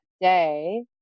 day